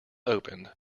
opened